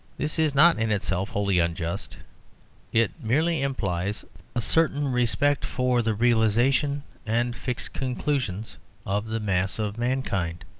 this is not in itself wholly unjust it merely implies a certain respect for the realisation and fixed conclusions of the mass of mankind.